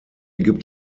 gibt